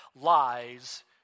lies